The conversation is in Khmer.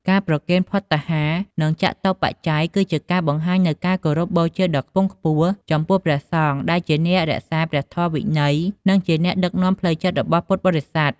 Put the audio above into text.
ការប្រគេនភត្តាហារ និងចតុបច្ច័យ គឺជាការបង្ហាញនូវការគោរពបូជាដ៏ខ្ពង់ខ្ពស់ចំពោះព្រះសង្ឃ ដែលជាអ្នករក្សាព្រះធម៌វិន័យ និងជាអ្នកដឹកនាំផ្លូវចិត្តរបស់ពុទ្ធបរិស័ទ។